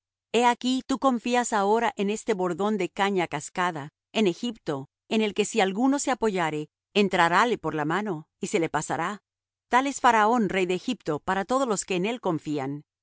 he aquí tú confías ahora en este bordón de caña cascada en egipto en el que si alguno se apoyare entrarále por la mano y se le pasará tal es faraón rey de egipto para todos los que en él confían